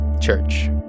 Church